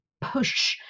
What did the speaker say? push